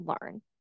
learn